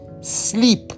sleep